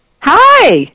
Hi